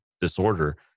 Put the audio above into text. disorder